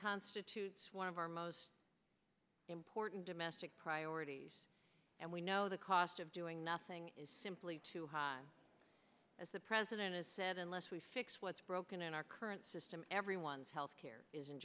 constitutes one of our most important domestic priorities and we know the cost of doing nothing is simply too high as the president has said unless we fix what's broken in our current system everyone's health care is in